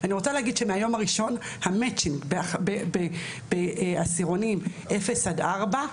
אני רוצה להגיד שמהיום הראשון המצ'ינג בעשירונים אפס עד 4,